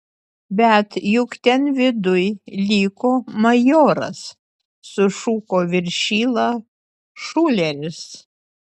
bet juk ten viduj liko majoras sušuko viršila šuleris